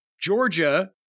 Georgia